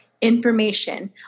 information